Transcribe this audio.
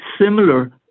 similar